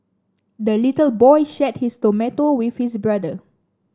the little boy shared his tomato with his brother